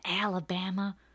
Alabama